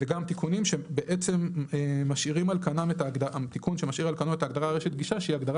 זה גם תיקון שמשאיר על קנו את ההגדרה "רשת גישה" שהיא הגדרה